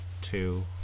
Two